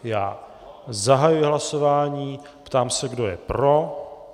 Já zahajuji hlasování, ptám se, kdo je pro.